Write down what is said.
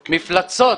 מפלצות,